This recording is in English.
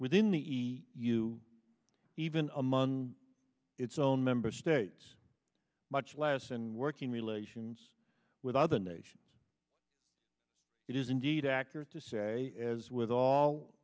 within the e u even among its own member states much less and working relations with other nations it is indeed accurate to say as with all